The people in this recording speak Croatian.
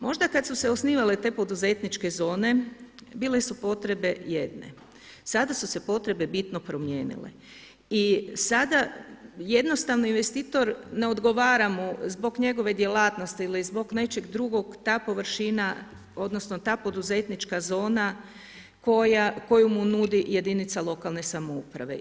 Možda kada su se osnivale te poduzetničke zone bile su potrebe jedne, sada su se potrebe bitno promijenile i sada jednostavno investitor ne odgovara mu zbog njegove djelatnosti ili zbog nečeg drugog ta površina odnosno ta poduzetnička zona koju mu nudi jedinica lokalne samouprave.